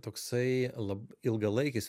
toksai lab ilgalaikis